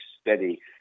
steady